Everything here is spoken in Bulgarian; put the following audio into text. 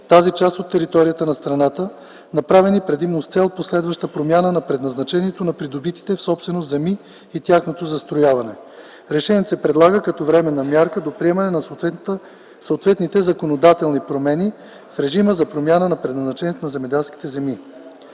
тази част от територията на страната, направени предимно с цел последваща промяна на предназначението на придобитите в собственост земи и тяхното застрояване. Решението се предлага като временна мярка до приемане на съответните законодателни промени в режима за промяна на предназначението на земеделските земи.